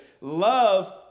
love